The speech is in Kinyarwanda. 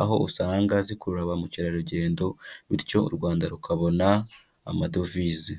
aho usanga zikurura ba mukerarugendo bityo u Rwanda rukabona amadovize.